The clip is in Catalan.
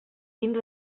dins